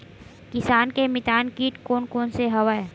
किसान के मितान कीट कोन कोन से हवय?